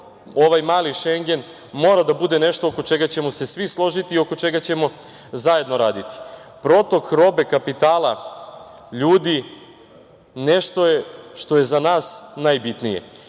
ovaj „mali Šengen“ mora da bude nešto oko čega ćemo se svi složiti i oko čega ćemo zajedno raditi. Protok robe kapitala ljudi nešto je što je za nas najbitnije.